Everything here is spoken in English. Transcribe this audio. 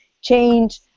change